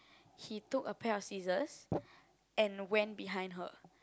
he took a pair of scissors and went behind her